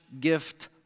gift